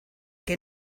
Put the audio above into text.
que